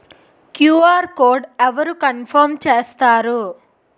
QR code అవరు confirm చేస్తారు?